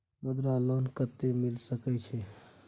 मुद्रा लोन कत्ते मिल सके छै?